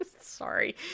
Sorry